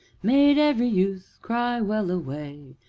made every youth cry well-a-way!